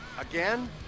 Again